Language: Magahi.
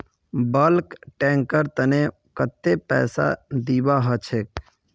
बल्क टैंकेर तने कत्ते पैसा दीबा ह छेक